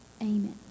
Amen